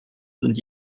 sind